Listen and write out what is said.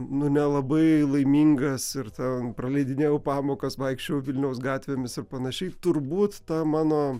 nu nelabai laimingas ir ten praleidinėjau pamokas vaikščiojau vilniaus gatvėmis ir panašiai turbūt ta mano